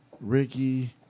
Ricky